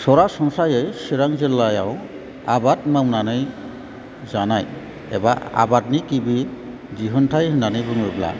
सरासनस्रायै चिरां जिल्लायाव आबाद मावनानै जानाय एबा आबादनि गिबि दिहुनथाय होननानै बुङोब्ला